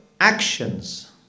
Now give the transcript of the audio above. actions